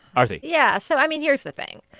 aarti yeah. so, i mean, here's the thing.